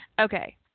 okay